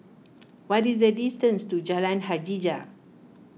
what is the distance to Jalan Hajijah